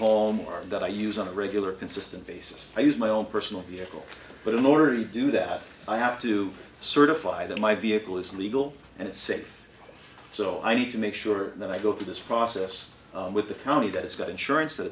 home alarm that i use on a regular consistent basis i use my own personal vehicle but in order to do that i have to certify that my vehicle is legal and safe so i need to make sure that i go to this process with the county that it's got insurance that